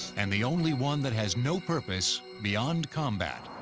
and the only one that has no purpose beyond combat.